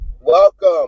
Welcome